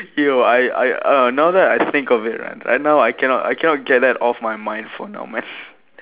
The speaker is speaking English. yo I I I now that I think of it right now I cannot I cannot get that off my mind for now man